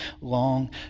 long